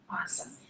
Awesome